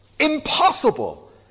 Impossible